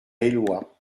éloie